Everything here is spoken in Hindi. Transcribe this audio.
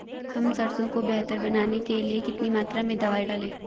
हम सरसों को बेहतर बनाने के लिए कितनी मात्रा में दवाई डालें?